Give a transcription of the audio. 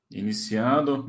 iniciando